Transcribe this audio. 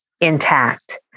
intact